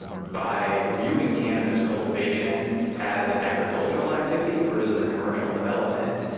by viewing cannabis cultivation as an agricultural activity versus a commercial development,